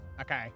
Okay